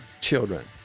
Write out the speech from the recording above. children